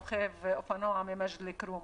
רוכב אופנוע ממג'דל כרום.